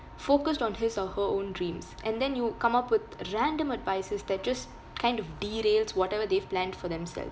focused on his or her own dreams and then you come up with random advices that just kind of derails whatever they've planned for themselves